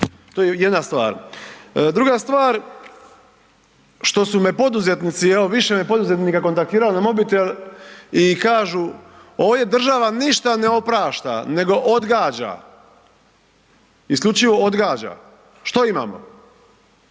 To je jedna stvar. Druga stvar što su me poduzetnici, evo više me poduzetnika kontaktiralo na mobitel i kažu ovdje država ništa ne oprašta nego odgađa, isključivo odgađa. Što imamo?